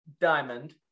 diamond